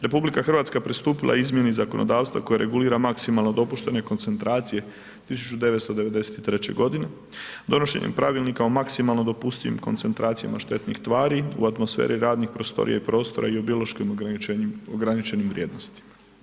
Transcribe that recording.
RH pristupila je izmjeni zakonodavstva koje regulira maksimalno dopuštene koncentracije 1993. godine, donošenjem Pravilnika o maksimalno dopustivim koncentracija štetnih tvari u atmosferi radnih prostorija i prostora i biološkim ograničenim vrijednosti.